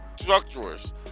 structures